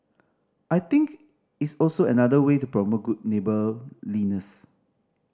I think it's also another way to promote good neighbourliness